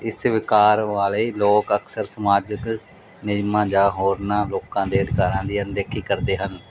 ਇਸ ਵਿਕਾਰ ਵਾਲੇ ਲੋਕ ਅਕਸਰ ਸਮਾਜਿਕ ਨਿਯਮਾਂ ਜਾਂ ਹੋਰਨਾਂ ਲੋਕਾਂ ਦੇ ਅਧਿਕਾਰਾਂ ਦੀ ਅਣਦੇਖੀ ਕਰਦੇ ਹਨ